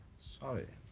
sorry.